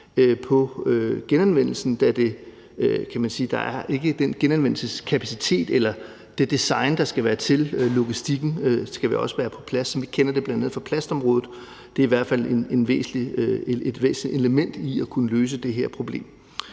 da man kan sige, at der ikke er den genanvendelseskapacitet eller det design, der skal være; logistikken skal også være på plads, som vi kender det fra bl.a. plastområdet. Det er i hvert fald et væsentligt element i at kunne løse det her problem.